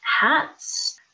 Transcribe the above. hats